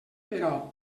però